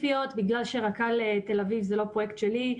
זה --- לגבי תכתובת ספציפיות בגלל שרק"ל תל אביב זה לא פרויקט שלי,